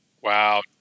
wow